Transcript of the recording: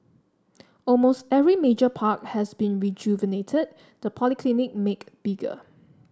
almost every major park has been rejuvenated the polyclinic made bigger